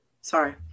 Sorry